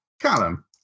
Callum